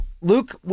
Luke